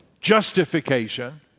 justification